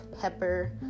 pepper